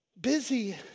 busy